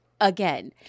again